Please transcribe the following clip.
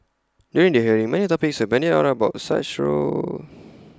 during the hearing many topics were bandied about such role